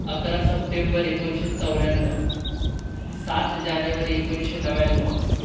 अकरा सप्टेंबर एकोणीसशे चौऱ्याण्णव सात जानेवारी एकोणीसशे नव्याण्णव